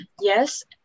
yes